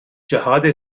جهاد